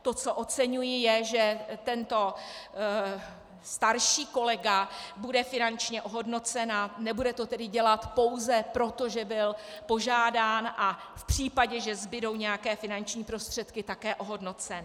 To, co oceňuji, je, že tento starší kolega bude finančně ohodnocen, a nebude to tedy dělat pouze proto, že byl požádán a v případě, že zbudou nějaké finanční prostředky, také ohodnocen.